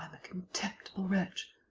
contemptible wretch.